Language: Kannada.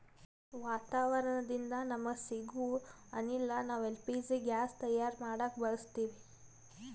ವಾತಾವರಣದಿಂದ ನಮಗ ಸಿಗೊ ಅನಿಲ ನಾವ್ ಎಲ್ ಪಿ ಜಿ ಗ್ಯಾಸ್ ತಯಾರ್ ಮಾಡಕ್ ಬಳಸತ್ತೀವಿ